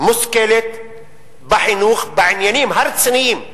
בחינוך, בעניינים הרציניים,